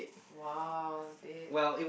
!wow! dead